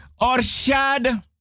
Orshad